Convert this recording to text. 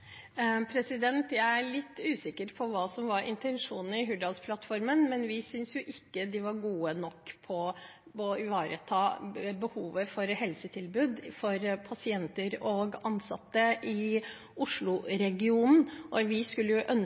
er litt usikker på hva som var intensjonene i Hurdalsplattformen, men vi synes ikke de var gode nok på å ivareta behovet for helsetilbud for pasienter og ansatte i Osloregionen. Vi skulle ønske